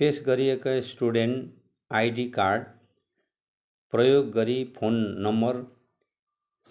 पेस गरिएका student ID card प्रयोग गरी फोन नम्बर